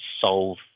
solve